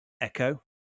Echo